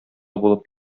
булып